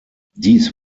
dies